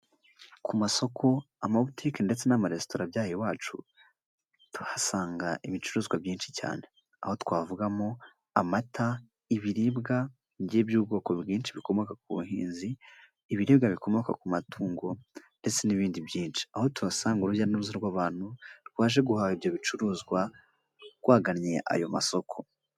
Ku masoko, amabutiki ndetse n'amaresitora by'aha iwacu tuhasanga ibicuruzwa byinshi cyane: aho twavugamo amata, ibiribwa by'iby'ubwoko bwinshi bukomoka ku buhinzi, ibiribwa bikomoka ku matungo ndetse n'ibindi byinshi, aho tuhasanga urujya n'uruza rw'abantu rwaje guhaha ibyo bicuruzwa rwagannye ayo masoko.